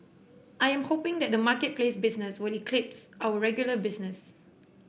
I am hoping that the marketplace business will eclipse our regular business